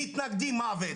הם מתנגדים לזה,